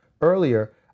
earlier